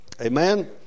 Amen